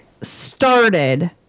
Started